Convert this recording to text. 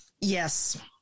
Yes